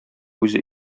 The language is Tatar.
үзе